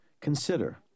Consider